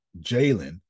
Jalen